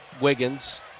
Wiggins